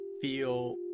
feel